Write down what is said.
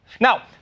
Now